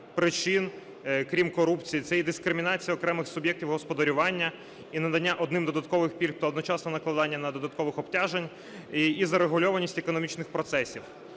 причин, крім корупції. Це і дискримінація окремих суб'єктів господарювання, і надання одним додаткових пільг та одночасно накладання додаткових обтяжень, і зарегульованість економічних процесів.